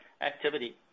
activity